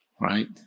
right